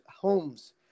homes